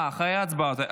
אחרי ההצבעה.